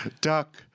Duck